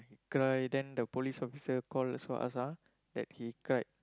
he cry then the police officer call saw us ah that he cried